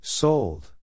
Sold